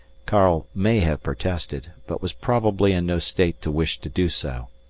karl may have protested, but was probably in no state to wish to do so.